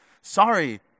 Sorry